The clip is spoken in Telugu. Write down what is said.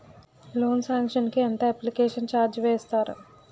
లోన్ సాంక్షన్ కి ఎంత అప్లికేషన్ ఛార్జ్ వేస్తారు?